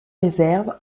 réserves